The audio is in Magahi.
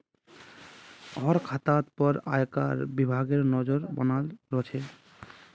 हर खातातोत पर आयकर विभागेर नज़र बनाल रह छे